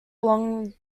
along